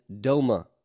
doma